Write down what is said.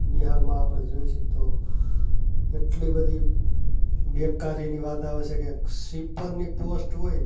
બિહારમાં આપણે જોઈએ છીએ તો એટલી બધી બેકારીની વાત આવે છે કે એક સીપરની પોસ્ટ હોય